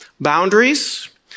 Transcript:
boundaries